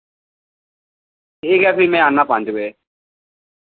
ठीक ऐ फ्ही मैं आना पंज बजे